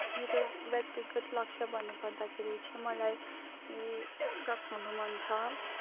मेरो व्यक्तिगत लक्ष्य भन्नु पर्दाखेरि चाहिँ मलाई शिक्षक हुनु मन छ